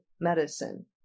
medicine